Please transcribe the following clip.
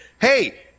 Hey